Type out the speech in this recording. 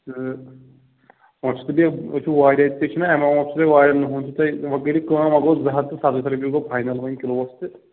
تہٕ وۄنۍ چھُس بیٚیہِ نہٕ بُتھِ واریاہ تہِ چھُنا ایٚماوُنٛٹ چھُ تۄہہِ واریاہ نُہُنٛد چھُ تۄہہِ وۅنۍ کٔرِو کٲم وۅنۍ گوٚو زٕ ہَتھ تہٕ سَتَتھ رۄپیہِ گوٚو فاینَل وۅنۍ کِلوَس تہٕ